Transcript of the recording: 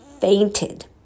fainted